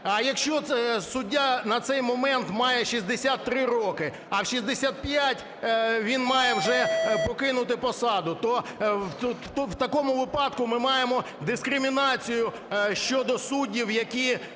а якщо суддя на цей момент має 63 роки, а в 65 він має вже покинути посаду, то в такому випадку ми маємо дискримінацію щодо суддів, які